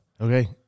Okay